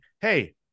hey